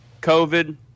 COVID